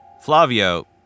Flavio